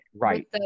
right